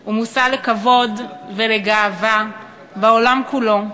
הוא מושא לכבוד ולגאווה בעולם כולו,